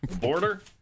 Border